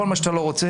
כל מי שאתה לא רוצה,